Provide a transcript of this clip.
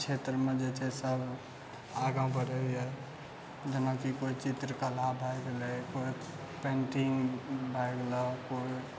क्षेत्रमे जे छै सब आगाँ बढ़ैए जेनाकि कोइ चित्रकला भऽ गेलै कोइ पेन्टिङ्ग भऽ गेलै कोइ